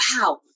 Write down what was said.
wow